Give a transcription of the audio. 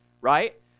right